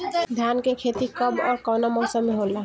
धान क खेती कब ओर कवना मौसम में होला?